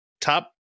top